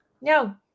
No